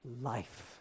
life